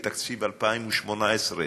בתקציב 2018,